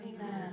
Amen